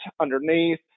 underneath